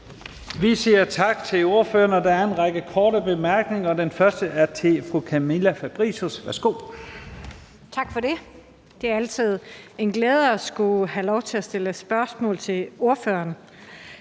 Vi siger tak til ordføreren, og der er en række korte bemærkninger. Den første er til fru Camilla Fabricius. Værsgo. Kl. 15:56 Camilla Fabricius (S): Tak for det. Det er altid en glæde at have lov til at stille spørgsmål til ordføreren.